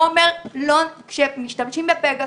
כשמשתמשים בפגסוס,